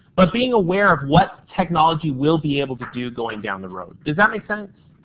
but being aware of what technology will be able to do going down the road. does that make sense?